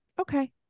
Okay